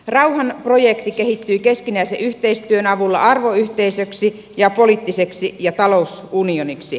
rauhanprojekti kehittyi keskinäisen yhteistyön avulla arvoyhteisöksi ja poliittiseksi ja talousunioniksi